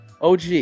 OG